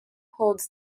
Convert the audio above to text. holds